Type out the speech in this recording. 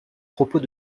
propos